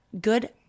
good